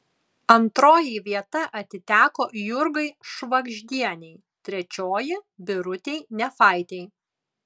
antroji vieta atiteko jurgai švagždienei trečioji birutei nefaitei